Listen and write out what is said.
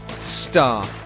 star